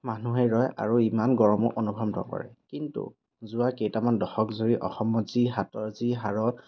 মানুহেই ৰয় আৰু ইমান গৰমো অনুভৱ নকৰে কিন্তু যোৱা কেইটামান দশক জুৰি অসমত যি হাতত যি হাৰত